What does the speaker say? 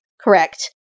correct